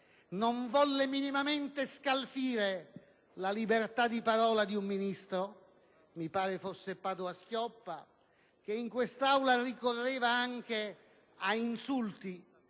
non volle minimamente scalfire la libertà di parola di un Ministro (mi pare fosse Padoa-Schioppa) che in quest'Aula ricorreva anche ad insulti